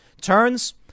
Turns